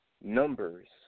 Numbers